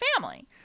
family